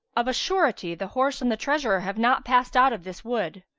of a surety, the horse and the treasurer have not passed out of this wood.